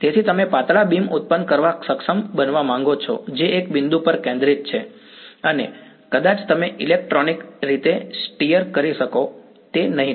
તેથી તમે પાતળા બીમ ઉત્પન્ન કરવા સક્ષમ બનવા માંગો છો જે એક બિંદુ પર કેન્દ્રિત છે અને કદાચ તમે ઇલેક્ટ્રોનિક રીતે સ્ટીયર કરી શકો તે નહીં થાય